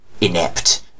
inept